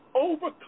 overcome